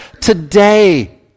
today